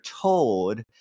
told